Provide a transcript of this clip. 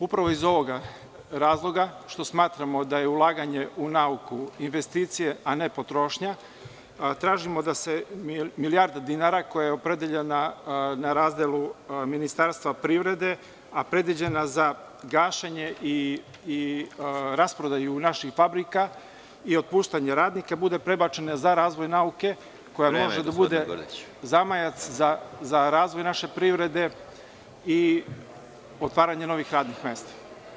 Upravo iz ovog razloga, što smatramo da ulaganje u nauku investicija, a ne potrošnja, tražimo da se milijarda dinara, koja je opredeljena na razdelu Ministarstva privrede, a predviđena za gašenje i rasprodaju naših fabrika i otpuštanje radnika, bude prebačena za razvoj nauke… (Predsedavajući: Vreme.) … koja može da bude zamajac za razvoj naše privrede o otvaranje novih radnih mesta.